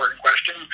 question